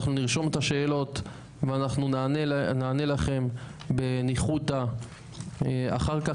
אנחנו נרשום את השאלות ואנחנו נענה לכם בניחותא אחר כך,